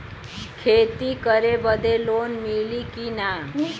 खेती करे बदे लोन मिली कि ना?